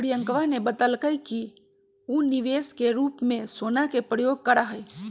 प्रियंकवा ने बतल कई कि ऊ निवेश के रूप में सोना के प्रयोग करा हई